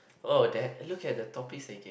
oh that look at the topics they gave